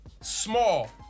small